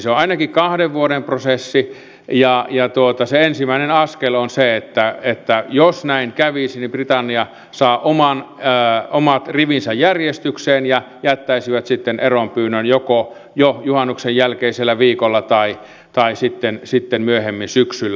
se on ainakin kahden vuoden prosessi ja se ensimmäinen askel on se että jos näin kävisi niin britannia saa omat rivinsä järjestykseen ja jättäisi sitten eronpyynnön joko jo juhannuksen jälkeisellä viikolla tai sitten myöhemmin syksyllä